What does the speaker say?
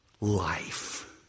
life